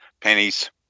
Pennies